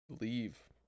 leave